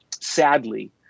sadly